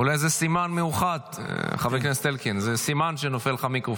--- את חבר הכנסת בליאק על היותו אביר איכות השלטון?